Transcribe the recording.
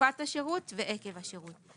בתקופת השירות ועקב השירות.